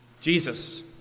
Jesus